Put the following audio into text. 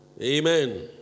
Amen